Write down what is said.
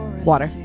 Water